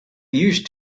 used